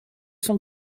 sont